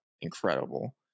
incredible